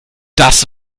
das